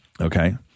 Okay